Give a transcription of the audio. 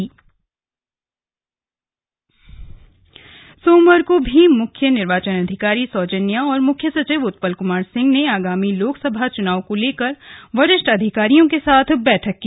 slug सौजन्या बैठक सोमवार को भी मुख्य निर्वाचन अधिकारी सौजन्या और मुख्य सचिव उत्पल कुमार सिंह ने आगामी लोकसभा चुनाव को लेकर वरिष्ठ अधिकारियों के साथ बैठक की